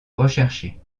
rechercher